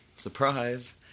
Surprise